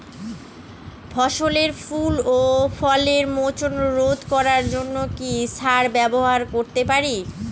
ফসলের ফুল ও ফলের মোচন রোধ করার জন্য কি সার ব্যবহার করতে পারি?